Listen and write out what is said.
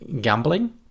gambling